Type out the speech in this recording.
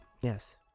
yes